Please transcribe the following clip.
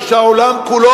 והעולם כולו,